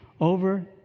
over